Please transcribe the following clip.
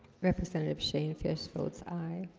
representative shane fish votes aye